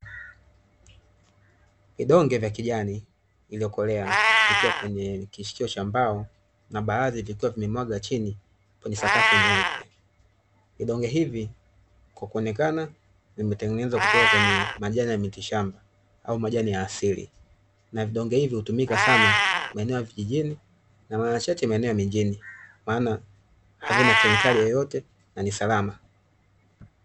Vidonge vya kijani iliyokolea vikiwa kwenye kishikio cha mbao na baadhi vikiwa vimemwagwa chini kwenye sakafu nyeupe. Vidonge hivi kwa kuonekana vimetengenezwa kutoka kwenye majani ya mitishamba au majani ya asili. Na vidonge hivi hutumika sana maeneo ya vijijini na mara chache maeneo ya mijini, maana havina kemikali yoyote na ni salama.